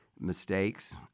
mistakes